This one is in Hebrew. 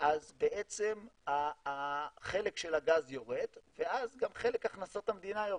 אז בעצם החלק של הגז יורד ואז גם חלק הכנסות המדינה יורד.